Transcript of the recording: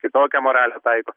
kitokią moralę taiko